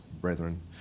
Brethren